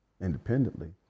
independently